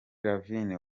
lavigne